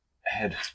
head